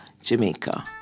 Jamaica